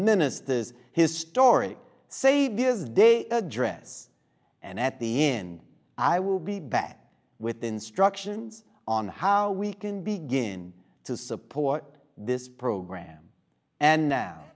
ministers his story say because de address and at the end i will be back with instructions on how we can begin to support this program and now